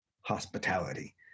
hospitality